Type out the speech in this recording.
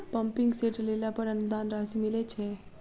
Pumping set लेला पर अनुदान राशि मिलय छैय?